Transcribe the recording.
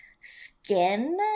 skin